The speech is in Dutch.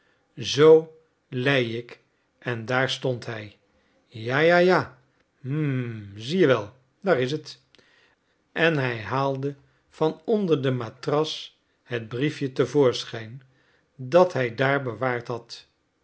zoo lei ik en daar stond hij ja ja ja hm zie je daar is het en hij haalde van onder de matras het briefje te voorschijn dat hij daar bewaard had